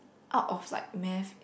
out of like math